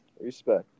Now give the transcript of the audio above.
Respect